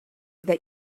that